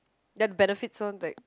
that benefits on like